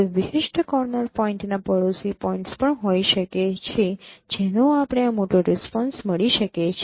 કોઈ વિશિષ્ટ કોર્નર પોઇન્ટના પડોશી પોઇન્ટ્સ પણ હોઈ શકે છે જેનો આપણે આ મોટો રિસ્પોન્સ મળી શકે છે